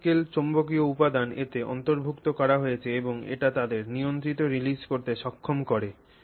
nanoscaled চৌম্বকীয় উপাদান এতে অন্তর্ভুক্ত করা হয়েছে এবং এটি তাদের নিয়ন্ত্রিত রিলিজ করতে সক্ষম করে